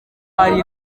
hari